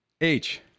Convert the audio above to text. H-